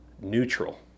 neutral